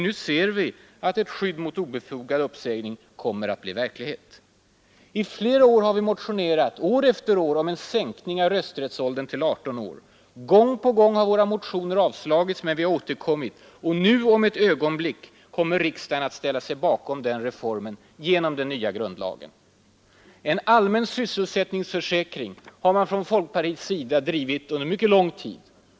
Nu ser vi att ett skydd mot obefogad uppsägning kommer att bli verklighet. I flera år har vi motionerat om en sänkning av rösträttsåldern till 18 år. Gång på gång har våra motioner avslagits. Men vi har återkommit. Om en liten stund kommer riksdagen att ställa sig bakom den reformen genom den nya grundlagen. Nr 112 Frågan om en allmän sysselsättningsförsäkring har vi från folkpartiets Onsdagen den sida drivit under mycket lång tid.